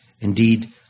Indeed